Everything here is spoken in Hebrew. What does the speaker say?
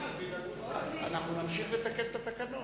אנחנו נמשיך לתקן את התקנון,